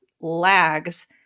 Lags